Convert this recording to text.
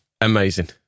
amazing